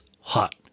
hot